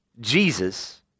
Jesus